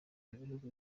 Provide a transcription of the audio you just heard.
bihugu